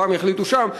פעם החליטו שם,